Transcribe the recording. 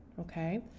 okay